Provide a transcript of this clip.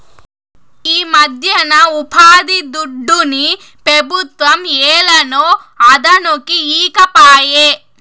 ఈమధ్యన ఉపాధిదుడ్డుని పెబుత్వం ఏలనో అదనుకి ఈకపాయే